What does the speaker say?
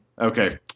Okay